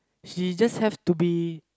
she just have to be